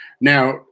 Now